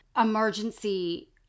emergency